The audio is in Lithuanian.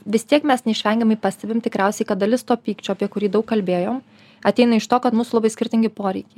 vis tiek mes neišvengiamai pastebim tikriausiai kad dalis to pykčio apie kurį daug kalbėjom ateina iš to kad mūsų labai skirtingi poreikiai